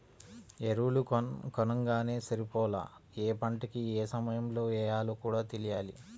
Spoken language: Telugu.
ఎరువులు కొనంగానే సరిపోలా, యే పంటకి యే సమయంలో యెయ్యాలో కూడా తెలియాల